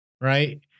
right